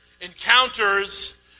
encounters